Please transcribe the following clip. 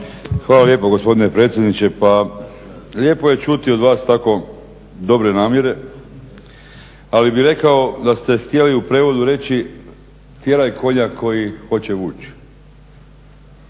Hvala lijepo gospodine predsjedniče. Pa lijepo je čuti od vas tako dobre namjere, ali bih rekao da ste htjeli u prijevodu reći tjeraj konja koji hoće vuči.